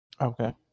Okay